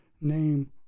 name